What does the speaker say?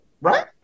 right